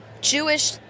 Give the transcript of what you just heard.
Jewish